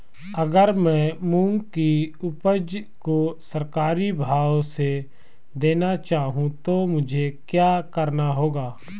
अगर मैं मूंग की उपज को सरकारी भाव से देना चाहूँ तो मुझे क्या करना होगा?